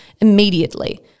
immediately